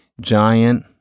giant